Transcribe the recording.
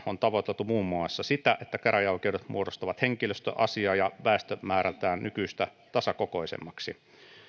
on tavoiteltu muun muassa sitä että käräjäoikeudet muodostuvat henkilöstö asia ja väestömäärältään nykyistä tasakokoisemmiksi